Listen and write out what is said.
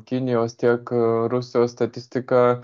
kinijos tiek rusijos statistika